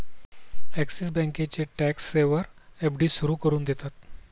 axis बँकेचे tax saver FD सुरू करून देतात